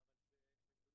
אז אי אפשר.